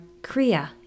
Kriya